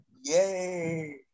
Yay